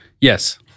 Yes